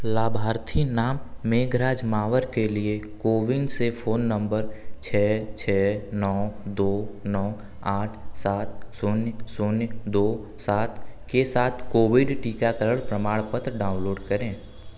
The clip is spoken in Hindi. लाभार्थी नाम मेघराज मावर के लिए कोविन से फ़ोन नम्बर छः छः नौ दो नौ आठ सात शून्य शून्य दो सात के साथ कोविड टीकाकरण प्रमाणपत्र डाउनलोड करें